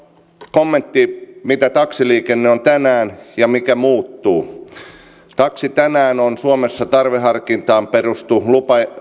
kommentti mitä taksiliikenne on tänään ja mikä muuttuu taksi tänään on suomessa tarveharkintaan perustuva